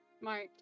Mark